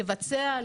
לבצע,